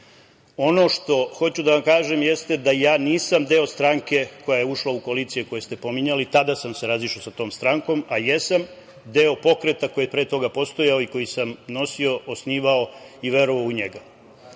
što hoću da vam kažem jeste da ja nisam deo stranke koja je ušla u koalicije koje ste pominjali, tada sam se razišao sa tom strankom, a jesam deo pokreta koji je pre toga postojao i koji sam nosio, osnivao i verovao u njega. Ono